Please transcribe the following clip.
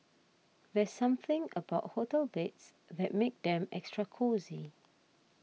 there's something about hotel beds that makes them extra cosy